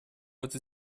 этой